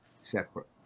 separate